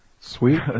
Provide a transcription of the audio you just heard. Sweet